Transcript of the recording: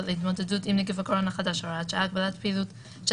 להתמודדות עם נגיף הקורונה החדש (הוראת שעה) (הגבת פעילות של